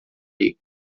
league